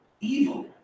evil